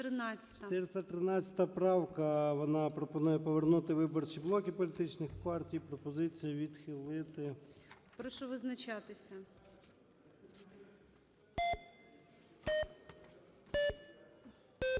413 правка, вона пропонує повернути виборчі блоки політичних партій. Пропозиція відхилити. ГОЛОВУЮЧИЙ. Прошу визначатися.